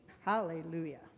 Hallelujah